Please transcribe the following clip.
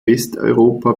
westeuropa